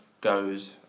goes